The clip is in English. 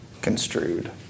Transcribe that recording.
construed